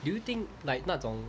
do you think like 那种